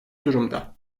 durumda